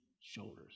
shoulders